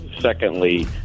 Secondly